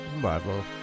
Marvel